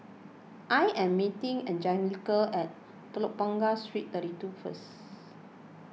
I am meeting Anjelica at Telok Blangah Street thirty two first